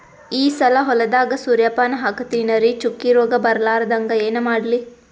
ಈ ಸಲ ಹೊಲದಾಗ ಸೂರ್ಯಪಾನ ಹಾಕತಿನರಿ, ಚುಕ್ಕಿ ರೋಗ ಬರಲಾರದಂಗ ಏನ ಮಾಡ್ಲಿ?